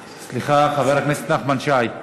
סליחה, חבר הכנסת נחמן שי.